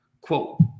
Quote